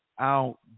out